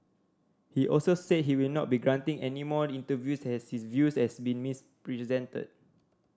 he also said he will not be granting any more interviews as his views has been misrepresented